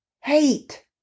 hate